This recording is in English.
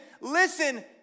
listen